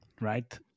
right